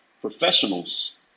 Professionals